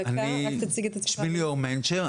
שמי ליאור מנצ'ר,